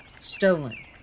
Stolen